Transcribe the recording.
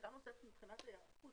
שאלה נוספת מבחינת היערכות,